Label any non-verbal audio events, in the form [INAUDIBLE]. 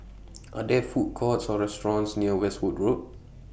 [NOISE] Are There Food Courts Or restaurants near Westwood Road